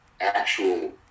actual